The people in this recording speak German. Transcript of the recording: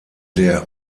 der